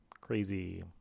crazy